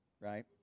Right